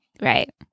Right